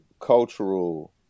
cultural